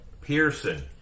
Pearson